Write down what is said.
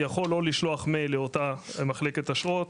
יכול או לשלוח מייל לאותה מחלקת אשרות,